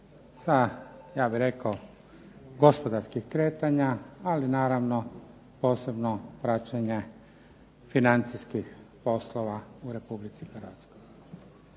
sa ja bih rekao gospodarskih kretanja, ali naravno posebno praćenja financijskih poslova u Republici Hrvatskoj.